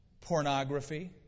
pornography